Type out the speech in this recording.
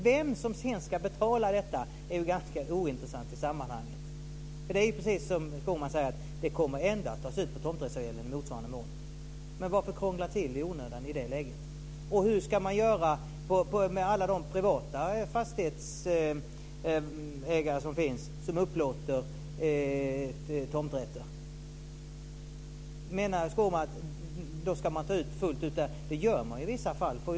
Vem som sedan ska betala fastighetsskatten är ointressant i sammanhanget. Den kommer ändå att tas ut på tomträttsavgälden i motsvarande mån, precis som Skårman säger. Varför krångla till det i onödan? Hur ska man göra med alla de privata fastighetsägare som upplåter tomträtter? Menar Skårman att man ska ta ut fastighetsskatt fullt ut? Det gör man i vissa fall.